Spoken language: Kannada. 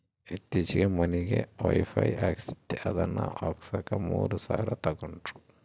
ಈತ್ತೀಚೆಗೆ ಮನಿಗೆ ವೈಫೈ ಹಾಕಿಸ್ದೆ ಅದನ್ನ ಹಾಕ್ಸಕ ಮೂರು ಸಾವಿರ ತಂಗಡ್ರು